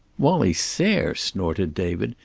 wallie sayre! snorted david.